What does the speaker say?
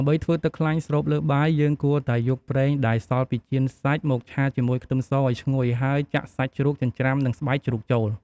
ដើម្បីធ្វើទឹកខ្លាញ់ស្រូបលើបាយ យើងគួរតែយកប្រេងដែលសល់ពីចៀនសាច់មកឆាជាមួយខ្ទឹមសឱ្យឈ្ងុយ ហើយចាក់សាច់ជ្រូកចិញ្ច្រាំនិងស្បែកជ្រូកចូល។